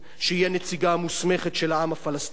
שהיא הנציגה המוסמכת של העם הפלסטיני.